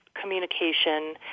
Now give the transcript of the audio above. communication